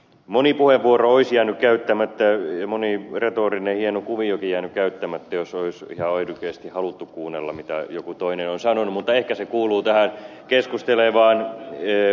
moni puheenvuoro olisi jäänyt käyttämättä ja moni retorinen hieno kuviokin jäänyt käyttämättä jos olisi ihan oikeasti haluttu kuunnella mitä joku toinen on sanonut mutta ehkä se kuuluu tähän keskustelevaan parlamentarismiin